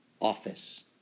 office